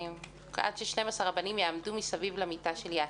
עד ש-12 הבנים יעמדו מסביב למיטה של יעקב.